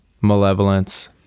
Malevolence